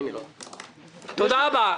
תודה רבה.